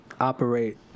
operate